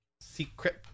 Secret